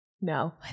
No